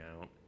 out